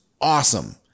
awesome